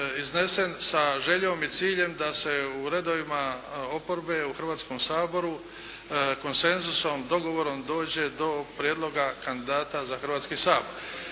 iznesen sa željom i ciljem da se u redovima oporbe u Hrvatskom saboru konsenzusom, dogovorom dođe do prijedloga kandidata za Hrvatski sabor.